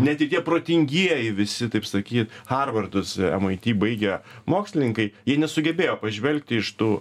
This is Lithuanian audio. net ir tie protingieji visi taip saky harvardus mit baigę mokslininkai jie nesugebėjo pažvelgti iš tų